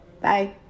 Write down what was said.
Bye